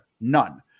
None